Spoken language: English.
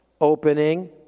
opening